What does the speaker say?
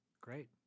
Great